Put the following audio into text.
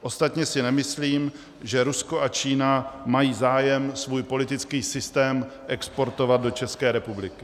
Ostatně si nemyslím, že Rusko a Čína mají zájem svůj politický systém exportovat do České republiky.